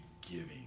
giving